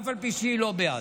אף על פי שהיא לא בעד,